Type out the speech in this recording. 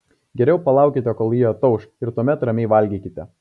geriau palaukite kol ji atauš ir tuomet ramiai valgykite